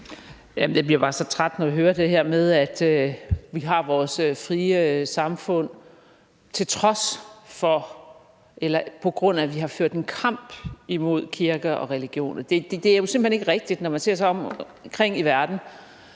Jeg bliver bare så træt, når jeg hører det her med, at vi har vores frie samfund, fordi vi har ført en kamp imod kirker og religioner. Det er jo simpelt hen ikke rigtigt. Når man ser sig omkring i verden,